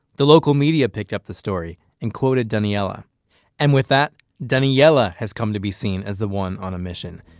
the local media picked up the story, and quoted daniella and with that, danielle has come to be seen as the one on a mission.